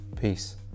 Peace